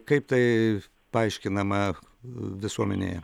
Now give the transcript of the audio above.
kaip tai paaiškinama visuomenėje